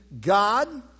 God